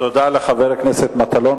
תודה לחבר הכנסת מטלון.